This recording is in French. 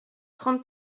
trente